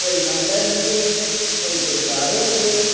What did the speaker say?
कोई मंदरु हुजे कोई गुरुद्वारो हुजे